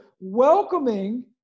welcoming